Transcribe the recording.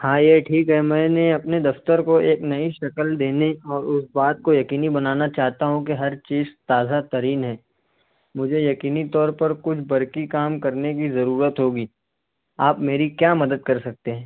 ہاں یہ ٹھیک ہے میں نے اپنے دفتر کو ایک نئی شکل دینے اور اس بات کو یقینی بنانا چاہتا ہوں کہ ہر چیز تازہ ترین ہے مجھے یقینی طور پر کچھ برقی کام کرنے کی ضرورت ہوگی آپ میری کیا مدد کر سکتے ہیں